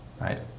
right